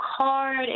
card